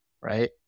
right